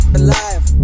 alive